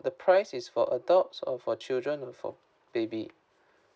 the price is for adults or for children or for baby